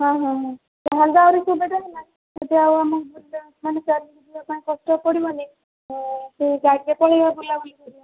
ହଁ ହଁ ହଁ ତା'ହେଲେ ତ ଆହୁରି ସୁବିଧା ହେଲା ମାନେ ଚାଲିକି ଯିବାପାଇଁ କଷ୍ଟ ପଡ଼ିବନି ସେ ଗାଡ଼ିରେ ପଳାଇବା ବୁଲାବୁଲି କରିବା